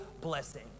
blessing